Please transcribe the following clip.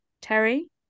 terry